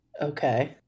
Okay